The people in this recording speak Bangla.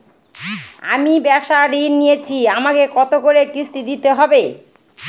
আমি ব্যবসার ঋণ নিয়েছি আমাকে কত করে কিস্তি দিতে হবে?